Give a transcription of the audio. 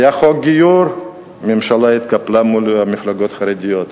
היה חוק גיור, הממשלה התקפלה מול המפלגות החרדיות,